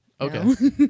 okay